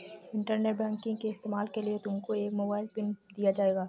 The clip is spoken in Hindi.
इंटरनेट बैंकिंग के इस्तेमाल के लिए तुमको एक मोबाइल पिन भी दिया जाएगा